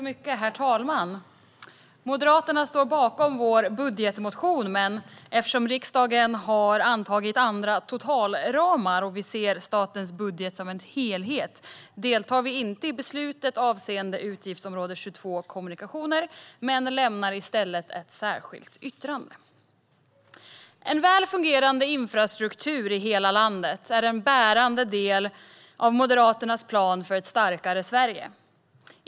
Herr talman! Vi i Moderaterna står bakom vår budgetmotion, men eftersom riksdagen har antagit andra totalramar och vi ser statens budget som en helhet deltar vi inte i beslutet avseende utgiftsområde 22 Kommunikationer utan lämnar i stället ett särskilt yttrande. En väl fungerande infrastruktur i hela landet är en bärande del av Moderaternas plan för ett starkare Sverige.